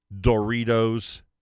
Doritos